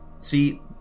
see